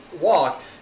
walk